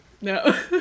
No